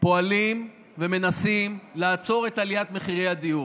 פועלים ומנסים לעצור את עליית מחירי הדיור.